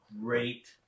great